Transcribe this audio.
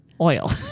oil